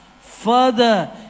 Further